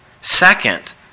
Second